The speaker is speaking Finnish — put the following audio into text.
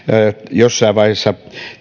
jossain vaiheessa